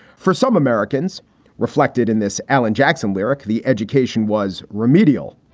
for some americans reflected in this alan jackson lyric, the education was remedial.